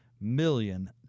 million